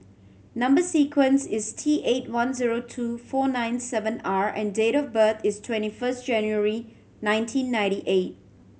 number sequence is T eight one zero two four nine seven R and date of birth is twenty first January nineteen ninety eight